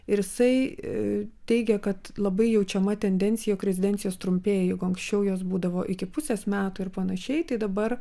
ir jisai teigia kad labai jaučiama tendencija jog rezidencijos trumpėja jeigu anksčiau jos būdavo iki pusės metų ir panašiai tai dabar